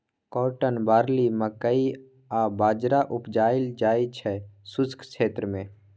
cotton, barley, मकइ आ बजरा उपजाएल जाइ छै शुष्क क्षेत्र मे